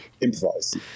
improvise